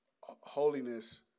holiness